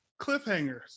cliffhangers